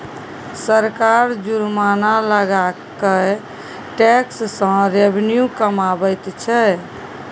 सरकार जुर्माना लगा कय टैक्स सँ रेवेन्यू कमाबैत छै